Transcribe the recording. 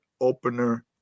opener